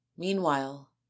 meanwhile